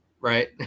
right